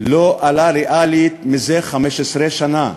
לא עלה ריאלית מזה 15 שנה.